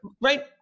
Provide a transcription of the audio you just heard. Right